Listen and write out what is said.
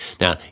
Now